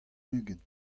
ugent